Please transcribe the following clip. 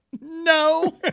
No